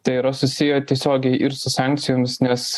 tai yra susiję tiesiogiai ir su sankcijomis nes